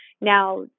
now